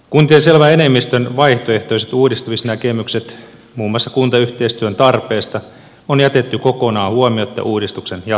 kuntien selvän enemmistön vaihtoehtoiset uudistumisnäkemykset muun muassa kuntayhteistyön tarpeesta on jätetty kokonaan huomioitta uudistuksen jatkovalmistelussa